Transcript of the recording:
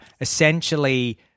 essentially –